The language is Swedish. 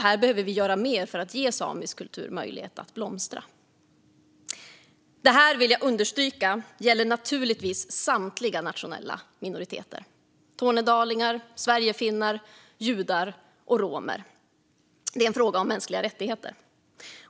Vi behöver göra mer för att ge samisk kultur möjlighet att blomstra. Detta, vill jag understryka, gäller naturligtvis samtliga nationella minoriteter: tornedalingar, sverigefinnar, judar och romer. Det är en fråga om mänskliga rättigheter.